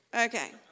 Okay